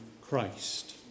Christ